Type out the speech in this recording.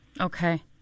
Okay